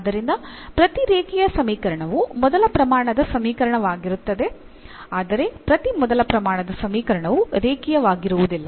ಆದ್ದರಿಂದ ಪ್ರತಿ ರೇಖೀಯ ಸಮೀಕರಣವು ಮೊದಲ ಪ್ರಮಾಣದ ಸಮೀಕರಣವಾಗಿರುತ್ತದೆ ಆದರೆ ಪ್ರತಿ ಮೊದಲ ಪ್ರಮಾಣದ ಸಮೀಕರಣವು ರೇಖೀಯವಾಗಿರುವುದಿಲ್ಲ